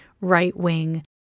right-wing